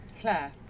Claire